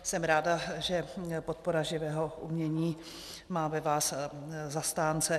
Jsem ráda, že podpora živého umění má ve vás zastánce.